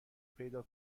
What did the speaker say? پیدا